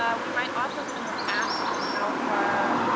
um we might also kind of ask and how far